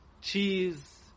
cheese